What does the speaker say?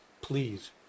please